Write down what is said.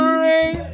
rain